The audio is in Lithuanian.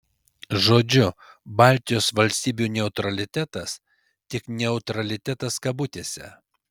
žodžiu baltijos valstybių neutralitetas tik neutralitetas kabutėse